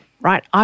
right